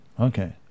Okay